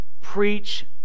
Preach